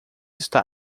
está